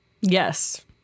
Yes